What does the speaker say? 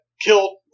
killed